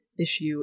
issue